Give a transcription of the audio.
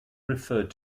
referred